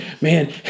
man